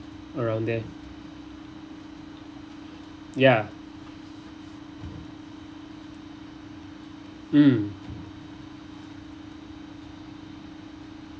around there ya mm